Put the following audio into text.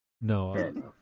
No